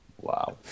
Wow